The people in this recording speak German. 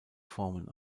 formen